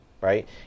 right